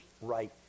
right